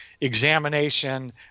examination